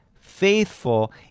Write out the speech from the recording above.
faithful